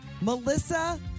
Melissa